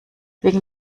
wegen